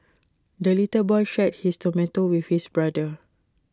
the little boy shared his tomato with his brother